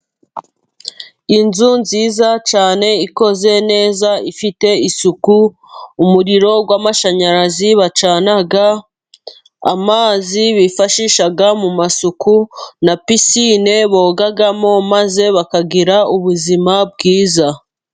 Inzu nziza cyane, ikoze neza, ifite isuku, umuriro w'amashanyarazi bacana, amazi bifashisha mu isuku, na Pisine bogamo, maze bakagira ubuzima bwiza.